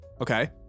Okay